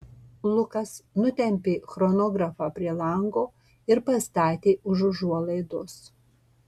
lukas nutempė chronografą prie lango ir pastatė už užuolaidos